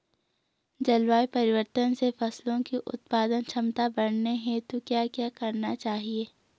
जलवायु परिवर्तन से फसलों की उत्पादन क्षमता बढ़ाने हेतु क्या क्या करना चाहिए?